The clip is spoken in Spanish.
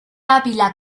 ávila